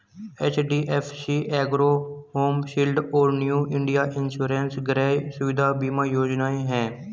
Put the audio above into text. HDFC ergo home shield और new India insurance गृह सुविधा बीमा योजनाएं हैं